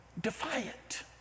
defiant